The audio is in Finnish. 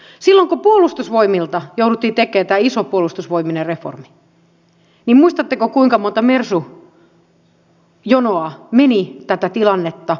silloin kun puolustusvoimilla jouduttiin tekemään tämä iso puolustusvoimien reformi muistatteko kuinka monta mersu jonoa meni tätä tilannetta aina joka paikkaan avaamaan